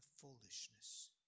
foolishness